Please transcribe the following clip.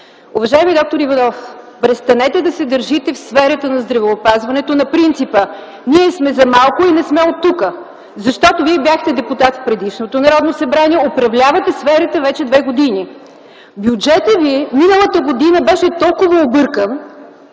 Уважаеми д-р Иванов, престанете да се държите в сферата на здравеопазването на принципа: „Ние сме за малко и не сме оттук!”, защото Вие бяхте депутат в предишното Народно събрание, управлявате сферата вече две години. Миналата година бюджетът ви беше толкова объркан